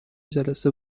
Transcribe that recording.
جلسه